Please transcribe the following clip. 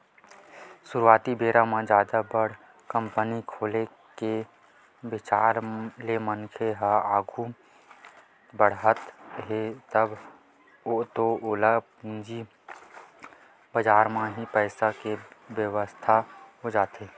सुरुवाती बेरा जादा बड़ कंपनी खोले के बिचार ले मनखे ह आघू बड़हत हे तब तो ओला पूंजी बजार म ही पइसा के बेवस्था हो जाथे